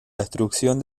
destrucción